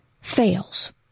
fails